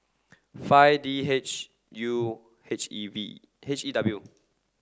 five D H U H E V H E W